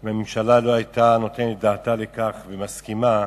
שאם הממשלה לא היתה נותנת דעתה לכך ומסכימה,